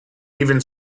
even